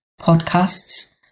podcasts